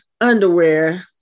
underwear